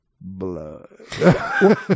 Blood